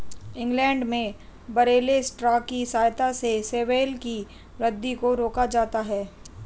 England में barley straw की सहायता से शैवाल की वृद्धि को रोका जाता है